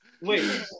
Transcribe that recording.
Wait